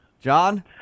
John